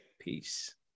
peace